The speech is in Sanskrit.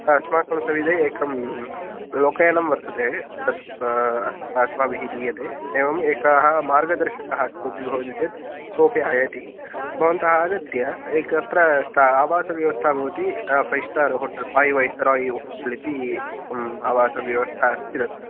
अस्माकं सविधे एकं लोकयानं वर्तते तत् अस् अस्माभिः दीयते एवम् एकः मार्गदर्शकः कोपि भवति चेत् सोपि आयाति भवन्तः आगत्य एकत्र स्था आवासव्यवस्था भवति five star hotel Pai Viceroy hotel इति एकम् आवासव्यवस्था अस्ति तत्र